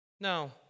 No